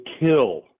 kill